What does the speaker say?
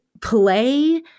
play